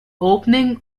opening